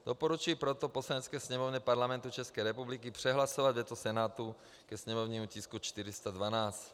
Doporučuji proto Poslanecké sněmovně Parlamentu České republiky přehlasovat veto Senátu ke sněmovnímu tisku 412.